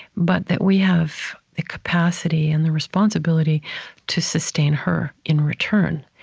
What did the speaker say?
but that we have the capacity and the responsibility to sustain her in return.